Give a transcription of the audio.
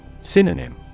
Synonym